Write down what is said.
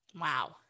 Wow